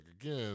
again